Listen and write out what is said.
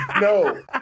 No